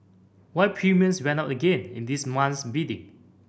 why premiums went up again in this month's bidding